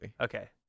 Okay